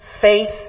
faith